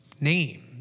name